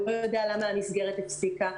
הוא לא יודע למה המסגרת הפסיקה.